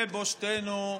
לבושתנו,